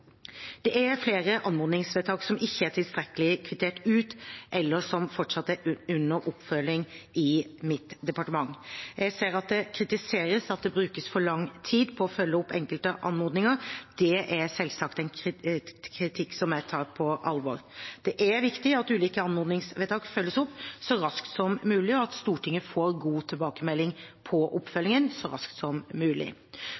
Det er flere anmodningsvedtak som ikke er tilstrekkelig kvittert ut, eller som fortsatt er under oppfølging i mitt departement. Jeg ser at det kritiseres at det brukes for lang tid på å følge opp enkelte anmodninger. Det er selvsagt en kritikk som jeg tar på alvor. Det er viktig at de ulike anmodningsvedtakene følges opp så raskt som mulig, og at Stortinget får god tilbakemelding på